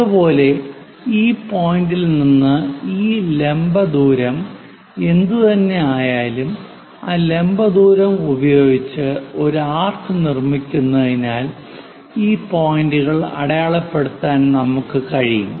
അതുപോലെ ഈ പോയിന്റിൽ നിന്ന് ഈ ലംബ ദൂരം എന്തുതന്നെയായാലും ആ ലംബ ദൂരം ഉപയോഗിച്ച് ഒരു ആർക്ക് നിർമ്മിക്കുന്നതിനാൽ ഈ പോയിന്റുകൾ അടയാളപ്പെടുത്താൻ നമുക്ക് കഴിയും